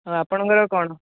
ଆଉ ଆପଣଙ୍କର କ'ଣ